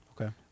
Okay